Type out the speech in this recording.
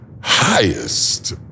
highest